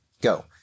go